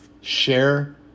Share